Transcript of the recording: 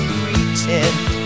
pretend